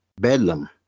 Bedlam